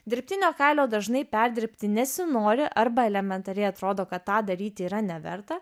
dirbtinio kailio dažnai perdirbti nesinori arba elementariai atrodo kad tą daryti yra neverta